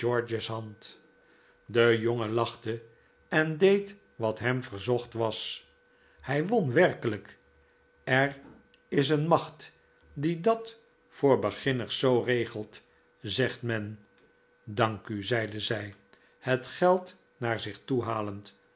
george's hand de jongen lachte en deed wat hem verzocht was hij won werkelijk er is een macht die dat voor beginners zoo regelt zegt men dank u zeide zij het geld naar zich toe